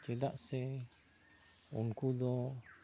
ᱪᱮᱫᱟᱜ ᱥᱮ ᱩᱱᱠᱩ ᱫᱚ